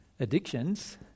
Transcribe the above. addictions